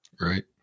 Right